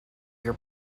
your